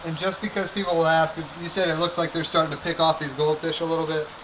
and just because people will ask, you said it looks like they're starting to pick off these goldfish a little bit.